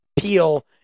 peel